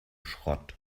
schrott